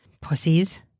pussies